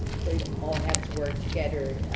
so it all has to work together,